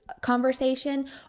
conversation